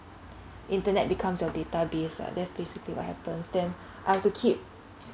internet becomes your database lah that's basically what happens then I have to keep